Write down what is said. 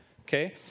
Okay